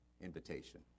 invitation